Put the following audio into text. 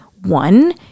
one